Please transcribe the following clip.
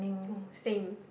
oh same